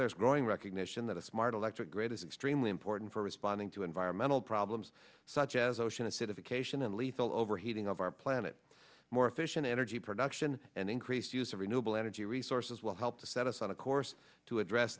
there's a growing recognition that a smart electric grid is extremely important for responding to environmental problems such as ocean acidification and lethal overheating of our planet more efficient energy production and increased use of renewable energy resources will help to set us on a course to address